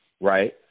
right